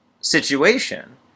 situation